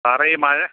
സാറെ ഈ മഴ